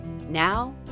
Now